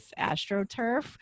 astroturf